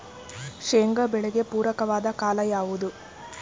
ಶೇಂಗಾ ಬೆಳೆಗೆ ಪೂರಕವಾದ ಕಾಲ ಯಾವುದು?